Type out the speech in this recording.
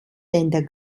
länder